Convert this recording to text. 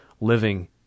living